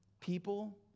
People